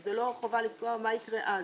אם זה לא חובה, מה יקרה אז?